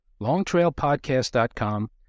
LongTrailPodcast.com